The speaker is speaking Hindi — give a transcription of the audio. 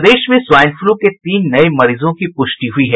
प्रदेश में स्वाईन फ्लू के तीन नये मरीजों की पुष्टि हुयी है